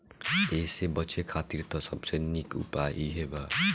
एसे बचे खातिर त सबसे निक उपाय इहे बा